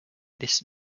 this